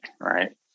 Right